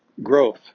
growth